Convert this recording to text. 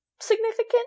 significant